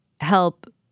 help